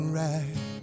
right